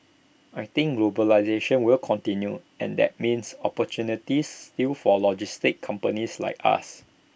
I think globalisation will continue and that means opportunities still for logistics companies like us